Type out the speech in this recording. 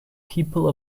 people